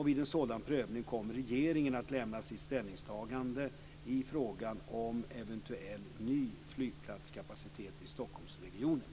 Vid en sådan prövning kommer regeringen att lämna sitt ställningstagande i frågan om eventuell ny flygplatskapacitet i Stockholmsregionen.